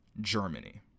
Germany